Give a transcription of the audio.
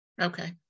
Okay